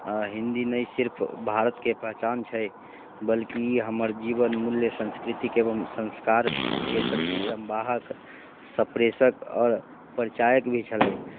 हिन्दी नहि सिर्फ भारतके पहचान छै बल्कि हमर जीवन मूल्य सांस्कृतिक एवं संस्कारके सच्ची सम्वाहक सम्प्रेषक आओर परिचायक भी छलय